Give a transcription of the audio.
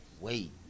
wait